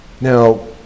Now